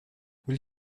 will